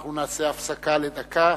אנחנו נעשה הפסקה לדקה,